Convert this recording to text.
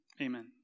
Amen